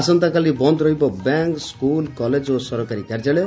ଆସନ୍ତାକାଲି ରାଜ୍ୟରେ ବନ୍ଦ୍ ରହିବ ବ୍ୟାଙ୍କ୍ ସ୍କୁଲ୍ କଲେଜ୍ ଓ ସରକାରୀ କାର୍ଯ୍ୟାଳୟ